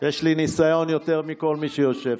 יש לי ניסיון יותר מכל מי שיושב פה.